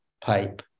pipe